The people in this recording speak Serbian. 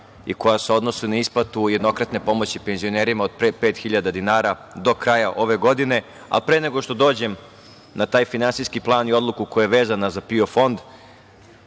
i koja se odnosi na isplatu jednokratne pomoći od 5.000 dinara do kraja ove godine, a pre nego što dođem na taj Finansijski plan i odluku koja je vezana za PIO fond,